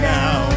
now